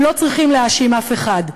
הם לא צריכים להאשים אף אחד.